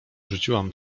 rzuciłam